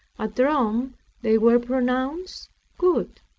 at rome they were pronounced good.